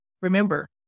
Remember